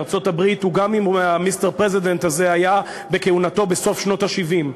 גם אם Mr. President הזה היה בכהונתו בסוף שנות ה-70,